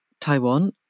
Taiwan